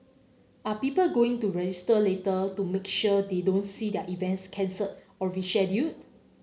are people going to register later to make sure they don't see their events cancelled or rescheduled